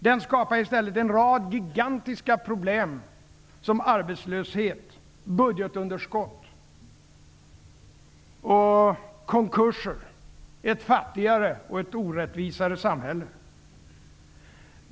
Den skapade i stället en rad gigantiska problem som arbetslöshet, budgetunderskott, konkurser, ett fattigare och ett orättvisare samhälle.